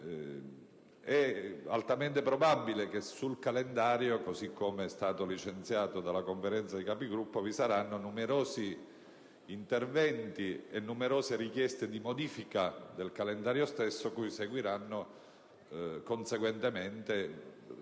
È altamente probabile che sul calendario, così come è stato licenziato dalla Conferenza dei Capigruppo, vi saranno numerosi interventi e numerose richieste di modifica, cui seguiranno conseguentemente